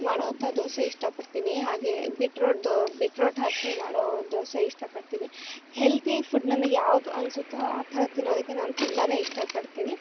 ಮಾಡೋವಂಥ ದೋಸೆ ಇಷ್ಟ ಪಡ್ತೀನಿ ಹಾಗೆ ಬಿಟ್ರೋಟ್ದು ಬಿಟ್ರೋಟ್ ಹಾಕಿ ಮಾಡೋ ದೋಸೆ ಇಷ್ಟ ಪಡ್ತಿನಿ ಹೆಲ್ತಿ ಫುಡ್ ನಮಗೆ ಯಾವ್ದು ಅನುಸುತ್ತೋ ಆ ಥರ ತಿನ್ನೋದಕ್ಕೆ ನಾನು ತುಂಬಾ ಇಷ್ಟ ಪಡ್ತಿನಿ